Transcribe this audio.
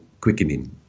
quickening